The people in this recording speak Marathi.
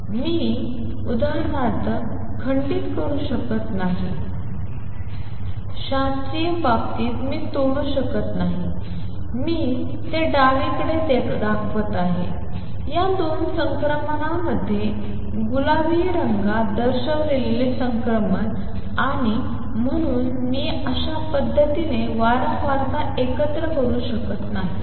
येथे मी उदाहरणार्थ खंडित करू शकत नाही शास्त्रीय बाबतीत मी तोडू शकत नाही मी ते डावीकडे दाखवत आहे या दोन संक्रमणामध्ये गुलाबी रंगात दर्शविलेले संक्रमण आणि म्हणून मी अशा पद्धतीने वारंवारता एकत्र करू शकत नाही